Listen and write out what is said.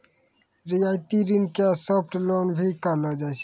रियायती ऋण के सॉफ्ट लोन भी कहलो जाय छै